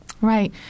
Right